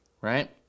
right